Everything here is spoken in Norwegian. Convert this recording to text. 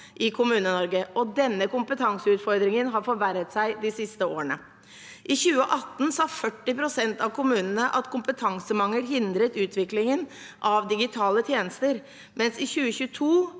i Kommune-Norge, og denne kompetanseutfordringen har forverret seg de siste årene. I 2018 sa 40 pst. av kommunene at kompetansemangel hindret utviklingen av digitale tjenester, mens i 2022